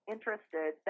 interested